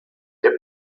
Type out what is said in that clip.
der